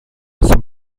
son